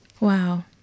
Wow